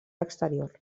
exterior